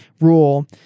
rule